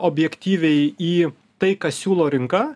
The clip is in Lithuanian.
objektyviai į tai ką siūlo rinka